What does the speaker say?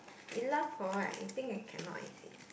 you laugh for what you think I cannot is it